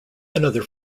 another